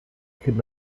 could